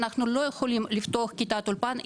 אנחנו לא יכולים לפתוח כיתת אולפן,